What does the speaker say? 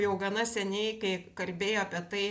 jau gana seniai kai kalbėjo apie tai